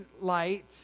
light